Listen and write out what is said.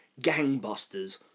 gangbusters